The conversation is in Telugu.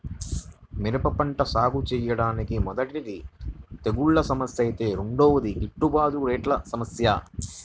మిరప పంట సాగుచేయడానికి మొదటిది తెగుల్ల సమస్య ఐతే రెండోది గిట్టుబాటు రేట్ల సమస్య